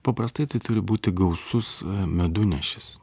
paprastai tai turi būti gausus medunešis